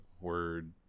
word